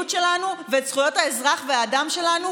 שלנו ואת זכויות האזרח והאדם שלנו,